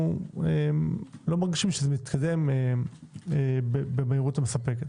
לא מרגישים שזה מתקדם במהירות מספקת.